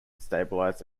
stabilised